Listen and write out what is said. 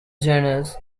genres